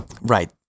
right